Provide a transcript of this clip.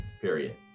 period